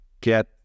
get